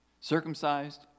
Circumcised